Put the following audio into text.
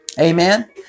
Amen